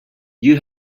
you